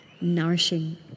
nourishing